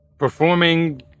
performing